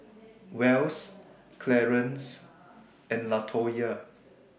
Wells Clarance and Latoyia